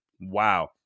Wow